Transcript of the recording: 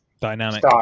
dynamic